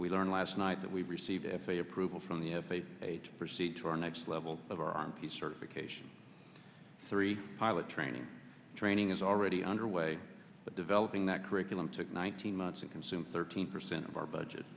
we learned last night that we received f a a approval from the f a a to proceed to our next level of our m p certification three pilot training training is already underway but developing that curriculum took nineteen months and consume thirteen percent of our budget